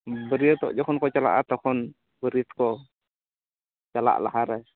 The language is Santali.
ᱵᱟᱹᱨᱭᱟᱹᱛᱚᱜ ᱡᱚᱠᱷᱚᱱ ᱠᱚ ᱪᱟᱞᱟᱜᱼᱟ ᱛᱚᱠᱷᱚᱱ ᱵᱟᱹᱨᱭᱟᱹᱛ ᱠᱚ ᱪᱟᱞᱟᱜ ᱞᱟᱦᱟᱨᱮ